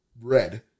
red